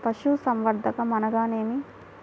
పశుసంవర్ధకం అనగానేమి?